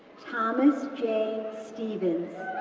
thomas j. stephens,